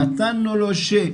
נתנו לו שקט,